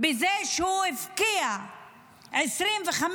בזה שהוא הפקיע 25,000